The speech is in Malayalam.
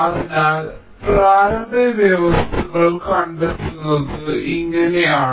അതിനാൽ പ്രാരംഭ വ്യവസ്ഥകൾ കണ്ടെത്തുന്നത് ഇങ്ങനെയാണ്